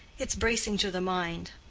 it's bracing to the mind.